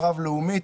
רביזיה.